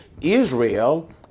Israel